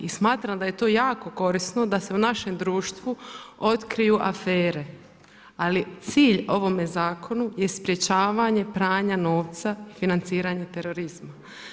I smatram da je to jako korisno da se u našem društvu otkriju afere, ali cilj ovome zakonu je sprečavanju pranja novca i financiranje terorizma.